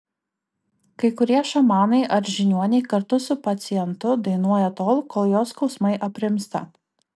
kai kurie šamanai ar žiniuoniai kartu su pacientu dainuoja tol kol jo skausmai aprimsta